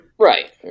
Right